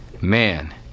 Man